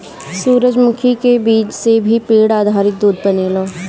सूरजमुखी के बीज से भी पेड़ आधारित दूध बनेला